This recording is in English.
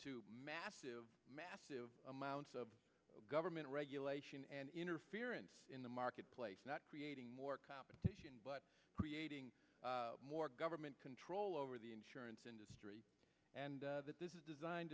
to massive massive amounts of government regulation and interference in the marketplace not creating more competition but creating more government control over the insurance industry and this is designed